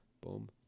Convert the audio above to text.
boom